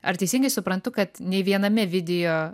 ar teisingai suprantu kad nei viename vidijo